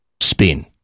spin